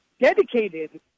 dedicated